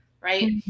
right